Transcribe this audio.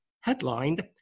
headlined